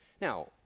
now